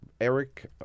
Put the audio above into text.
Eric